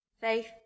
Faith